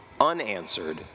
unanswered